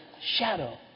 shadow